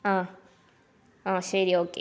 ആ ആ ശരി ഓക്കെ